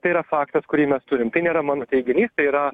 tai yra faktas kurį mes turim tai nėra mano teiginys tai yra